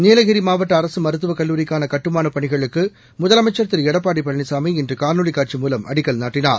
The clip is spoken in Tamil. நீலகிரி மாவட்ட அரசு மருத்துவக் கல்லூரிக்கான கட்டுமானப் பணிகளுக்கு முதலமைச்சா் திரு எடப்பாடி பழனிசாமி இன்று காணொலி காட்சி மூலம் அடிக்கல் நாட்டினார்